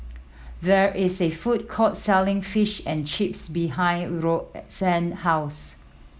there is a food court selling Fish and Chips behind Roxann house